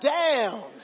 down